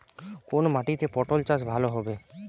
কোন মাটিতে পটল চাষ ভালো হবে?